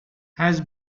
has